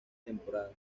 temporadas